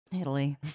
Italy